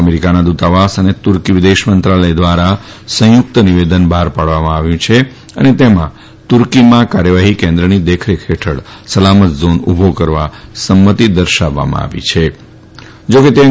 અમેરિકાના દ્રતાવાસ અને તૂર્કી વિદેશ મંત્રાલય દ્વારા સંયુક્ત નિવેદન બહાર પાડવામાં આવ્યું છે અને તેમાં તૂર્કીમાં કાર્યવાહી કેન્દ્રની દેખરેખ હેઠળ સલામત ઝોન ઉભો કરવા સંમત્તિ દર્શાવવામાં આવી છેજાકે તેમાં